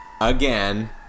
again